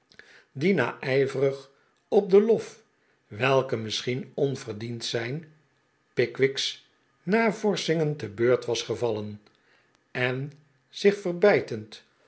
die na ijverig op den lof welke misschien onverdiend zijn pickwick's navorschingen te beurt was gevallen en zich verbijtend